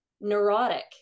neurotic